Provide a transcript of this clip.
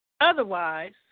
Otherwise